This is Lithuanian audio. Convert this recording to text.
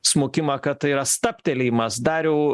smukimą kad tai yra stabtelėjimas dariau